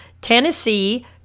Tennessee